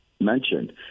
mentioned